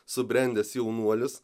subrendęs jaunuolis